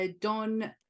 Don